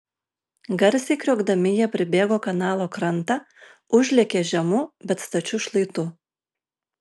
garsiai kriokdami jie pribėgo kanalo krantą užlėkė žemu bet stačiu šlaitu